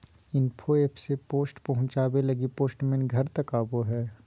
info app से post पहुचावे लगी पोस्टमैन घर तक आवो हय